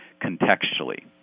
contextually